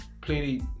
plenty